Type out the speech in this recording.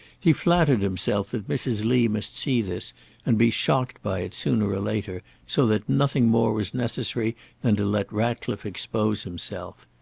he flattered himself that mrs. lee must see this and be shocked by it sooner or later, so that nothing more was necessary than to let ratcliffe expose himself.